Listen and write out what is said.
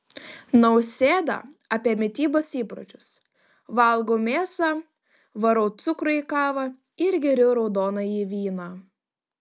nausėda apie mitybos įpročius valgau mėsą varau cukrų į kavą ir geriu raudonąjį vyną